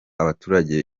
abaturage